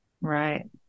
Right